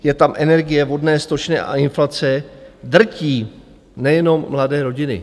Je tam energie, vodné, stočné a inflace, drtí nejenom mladé rodiny.